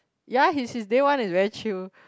ya his his day one is very chill